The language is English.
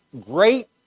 great